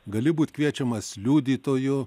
gali būt kviečiamas liudytoju